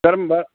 ꯀꯔꯝꯕ